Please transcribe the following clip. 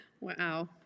Wow